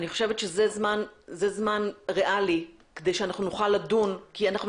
אני חושבת שזה זמן ריאלי כדי שאנחנו נ וכל לדון כי אנחנו